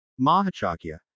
Mahachakya